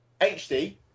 HD